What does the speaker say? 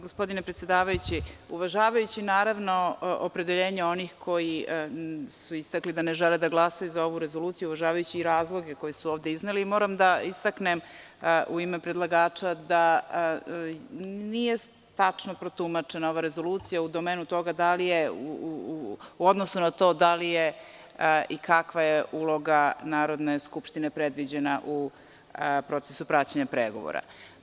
Gospodine predsedavajući, uvažavajući naravno, opredeljenje onih koji su istakli da ne žele da glasaju za ovu rezoluciju, uvažavajući razloge koji su ovde izneli moram da istaknem u ime predlagača da nije tačno protumačena ova rezolucija u domenu toga da li je u odnosu na to da li je i kakva je uloga Narodne skupštine predviđena u procesu praćenja pregovora.